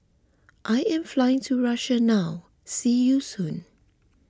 I am flying to Russia now see you soon